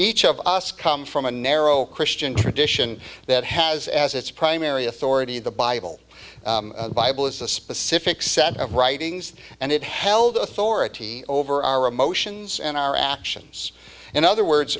each of us come from a narrow christian tradition that has as its primary authority the bible bible is a specific set of writings and it held authority over our emotions and our actions in other words